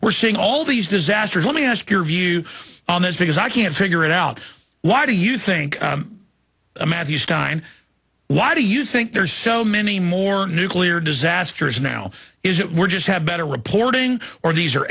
we're seeing all these disasters let me ask your view on this because i can't figure it out why do you think i'm as you stein why do you think there's so many more nuclear disasters now is it we're just have better reporting or these